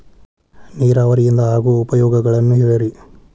ನೇರಾವರಿಯಿಂದ ಆಗೋ ಉಪಯೋಗಗಳನ್ನು ಹೇಳ್ರಿ